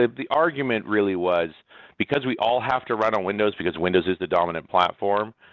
ah the argument really was because we all have to run on windows, because windows is the dominant platform,